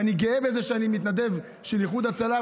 ואני גאה בזה שאני מתנדב של איחוד הצלה,